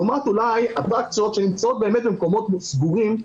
לעומת אולי אטרקציות שנמצאות באמת במקומות סגורים,